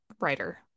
writer